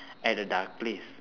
at a dark place